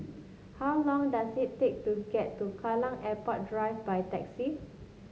how long does it take to get to Kallang Airport Drive by taxi